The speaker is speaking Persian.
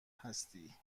هستی